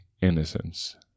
innocence